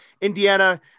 Indiana